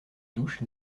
douche